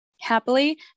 Happily